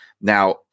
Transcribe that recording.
Now